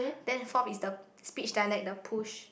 then forth is the speech dialect the push